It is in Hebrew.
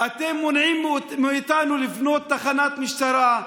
אתם מונעים מאיתנו לבנות תחנת משטרה.